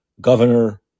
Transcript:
governor